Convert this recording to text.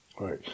Right